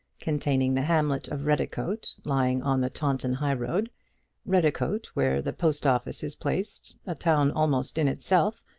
containing the hamlet of redicote, lying on the taunton high road redicote, where the post-office is placed, a town almost in itself,